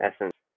essence